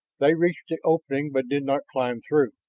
they reached the opening but did not climb through.